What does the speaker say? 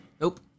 Nope